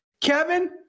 Kevin